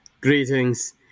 Greetings